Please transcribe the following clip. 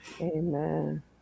amen